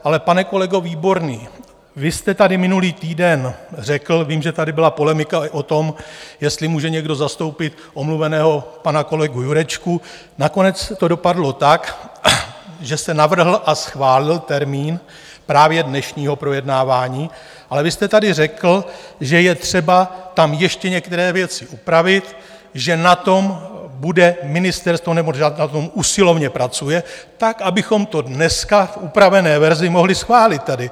Ale pane kolego Výborný, vy jste tady minulý týden řekl vím, že tady byla polemika i o tom, jestli může někdo zastoupit omluveného pana kolegu Jurečku, nakonec to dopadlo tak, že se navrhl a schválil termín právě dnešního projednávání ale vy jste tady řekl, že je třeba tam ještě některé věci upravit, že na tom bude ministerstvo... nebo že na tom usilovně pracuje tak, abychom to dneska v upravené verzi mohli schválit tady.